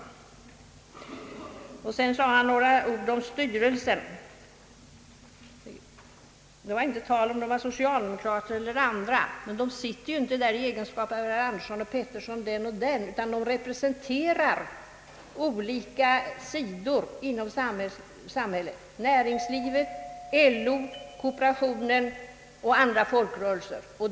Jag sade också några ord om Sveriges Radios styrelse. Det var inte tal om huruvida ledamöterna var socialdemokrater eller tillhörde något annat parti, men de sitter ju inte där i egenskap av herr Andersson och Pettersson eller den och den, utan de representerar olika sidor i samhället, näringslivet, LO, kooperationen och andra folkrörelser.